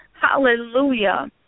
Hallelujah